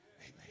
Amen